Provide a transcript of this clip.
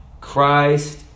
Christ